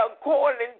according